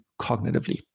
cognitively